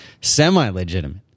Semi-legitimate